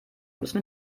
müssen